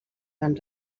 van